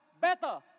better